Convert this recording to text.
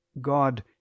god